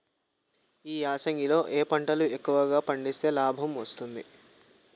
ఈ యాసంగి లో ఏ పంటలు ఎక్కువగా పండిస్తే లాభం వస్తుంది?